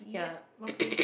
ya okay